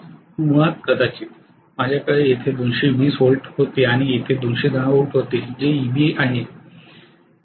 मुळात कदाचित माझ्याजवळ येथे 220 व्होल्ट होते आणि येथे 210 व्होल्ट होते जे Eb आहे